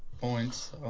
points